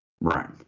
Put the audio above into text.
right